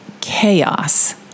chaos